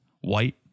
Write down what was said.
white